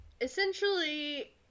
Essentially